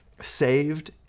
saved